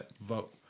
vote